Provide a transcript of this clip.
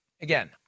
again